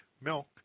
milk